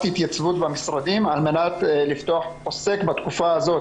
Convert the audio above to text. התייצבות במשרדים על מנת לפתוח עוסק בתקופה הזאת.